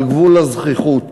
על גבול הזחיחות,